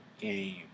game